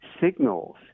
signals